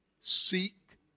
seek